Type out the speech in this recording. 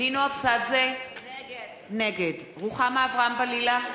נינו אבסדזה, נגד רוחמה אברהם-בלילא,